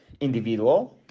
individual